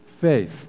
faith